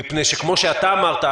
כי כמו שאתה ציינת,